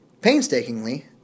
painstakingly